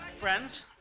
Friends